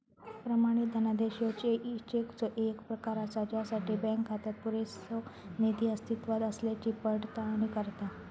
प्रमाणित धनादेश ह्यो चेकचो येक प्रकार असा ज्यासाठी बँक खात्यात पुरेसो निधी अस्तित्वात असल्याची पडताळणी करता